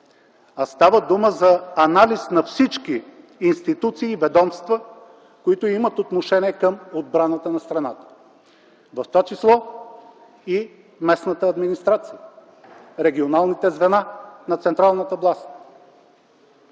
а става дума за анализ на всички институции и ведомства, които имат отношение към отбраната на страната, в това число и местната администрация, регионалните звена на централната власт.